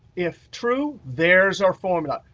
if true, there is our formula.